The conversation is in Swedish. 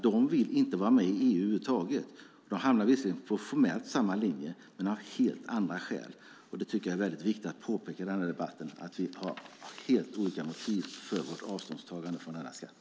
De vill inte vara med i EU över huvud taget. De hamnar visserligen formellt på samma linje men av helt andra skäl. Det är väldigt viktigt att påpeka i denna debatt att vi har olika motiv för vårt avståndstagande från denna skatt.